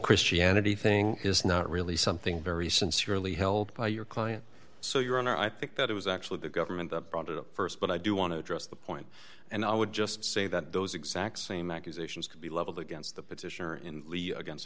christianity thing is not really something very sincerely held by your client so your honor i think that it was actually the government up brought it up st but i do want to address the point and i would just say that those exact same accusations could be leveled against the petitioner in against